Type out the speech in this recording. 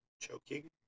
Choking